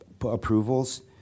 approvals